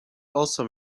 also